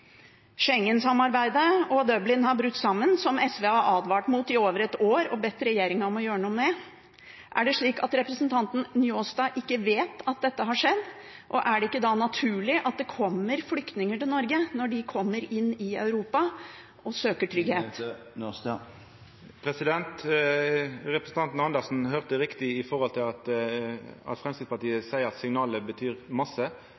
og det med Dublin-avtalen har brutt sammen, som SV har advart mot i over et år og bedt regjeringen om å gjøre noe med. Er det slik at representanten Njåstad ikke vet at dette har skjedd, og er det ikke da naturlig at det kommer flyktninger til Norge når de kommer inn i Europa og søker trygghet? Representanten Andersen hørte riktig om at Framstegspartiet seier at signala betyr masse. Det såg me tydeleg ved at